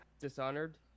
Dishonored